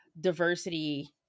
diversity